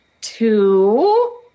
two